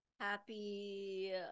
Happy